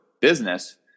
business